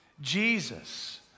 Jesus